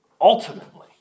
ultimately